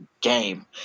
game